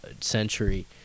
century